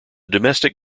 domestic